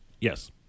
Yes